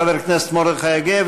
תודה לחבר הכנסת מרדכי יוגב.